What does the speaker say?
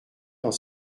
dans